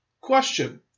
Question